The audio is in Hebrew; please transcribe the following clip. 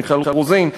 מיכל רוזין,